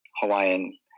Hawaiian